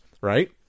right